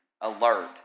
alert